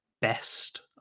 best